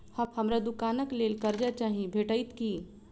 हमरा दुकानक लेल कर्जा चाहि भेटइत की?